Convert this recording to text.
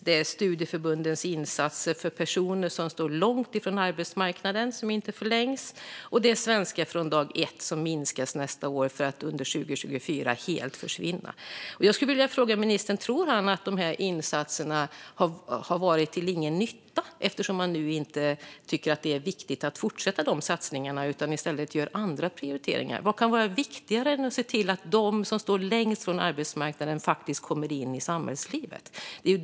Det är studieförbundens insatser för personer som står långt ifrån arbetsmarknaden som inte förlängs. Och det är Svenska från dag ett som minskas nästa år för att under 2024 försvinna helt. Jag skulle vilja fråga ministern: Tror han att dessa insatser inte har varit till någon nytta eftersom han nu inte tycker att det är viktigt att fortsätta med satsningarna utan i stället gör andra prioriteringar? Vad kan vara viktigare än att se till att de som står längst ifrån arbetsmarknaden kommer in i samhällslivet?